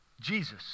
Jesus